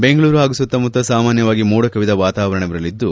ಬೆಂಗಳೂರು ಹಾಗೂ ಸುತ್ತಮುತ್ತ ಸಾಮಾನ್ಜವಾಗಿ ಮೋಡ ಕವಿದ ವಾತವಾರಣವಿರಲಿದ್ದು